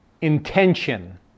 intention